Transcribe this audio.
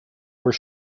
where